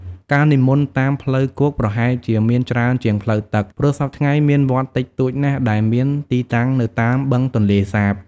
ការនិមន្តតាមផ្លូវគោកប្រហែលជាមានច្រើនជាងផ្លូវទឹក ព្រោះសព្វថ្ងៃមានវត្តតិចតួចណាស់ដែលមានទីតាំងនៅតាមបឹងទន្លេសាប។